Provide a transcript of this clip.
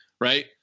right